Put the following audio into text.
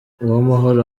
uwamahoro